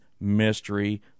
mystery